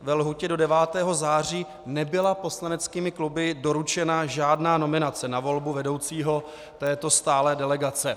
Ve lhůtě do 9. září nebyla poslaneckými kluby doručena žádná nominace na volbu vedoucího této stálé delegace.